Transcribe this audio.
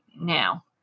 now